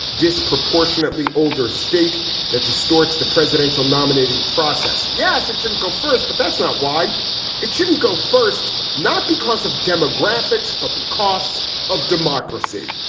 disproportionately older state that distorts the presidential nominating process. yes, it should go first, but that's not why it shouldn't go first. not because of demographics, but because of democracy.